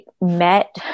met